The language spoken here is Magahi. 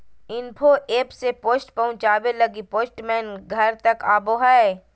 इन्फो एप से पोस्ट पहुचावे लगी पोस्टमैन घर तक आवो हय